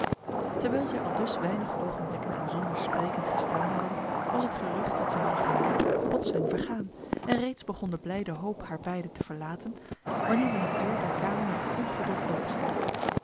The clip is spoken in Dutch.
terwijl zij aldus weinig ogenblikken en zonder spreken gestaan hadden was het gerucht dat zij hadden gehoord plotseling vergaan en reeds begon de blijde hoop haar beiden te verlaten wanneer men de deur der kamer met ongeduld openstiet